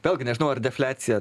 vėlgi nežinau ar defliacija